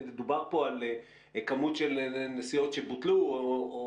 מדובר פה על כמות של נסיעות שבוטלו או